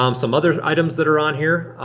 um some other items that are on here